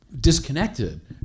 disconnected